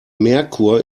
merkur